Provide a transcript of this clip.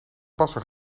passer